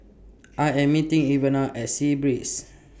I Am meeting Ivana At Sea Breeze